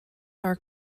are